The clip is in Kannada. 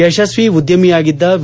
ಯಶಸ್ವಿ ಉದ್ಯಮಿಯಾಗಿದ್ದ ವಿ